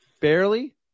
barely